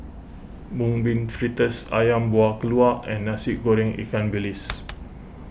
Mung Bean Fritters Ayam Buah Keluak and Nasi Goreng Ikan Bilis